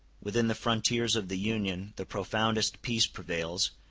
within the frontiers of the union the profoundest peace prevails,